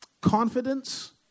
confidence